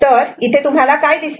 तर इथे तुम्हाला काय दिसते